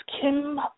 Kim